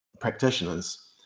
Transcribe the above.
practitioners